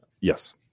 Yes